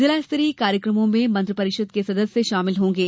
जिला स्तरीय कार्यक्रमों में मंत्री परिषद के सदस्य शामिल होंगे